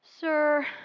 Sir